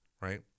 right